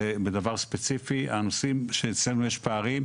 בדבר ספציפי בנושאים שיש אצלנו בהם פערים,